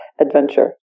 adventure